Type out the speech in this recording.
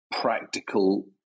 practical